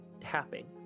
Tapping